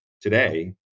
today